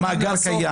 המאגר קיים,